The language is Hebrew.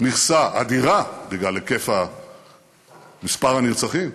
מכסה אדירה, בגלל היקף מספר הנרצחים,